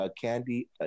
candy